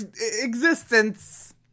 existence